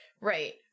Right